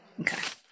Okay